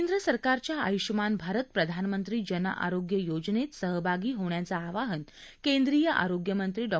केंद्र सरकारच्या आयुष्यमान भारत प्रधानमंत्री जन आरोग्य योजनेत सहभागी होण्याचं आवाहन केंद्रीय आरोग्य मंत्री डॉ